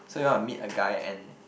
so you want to meet a guy and